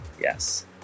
Yes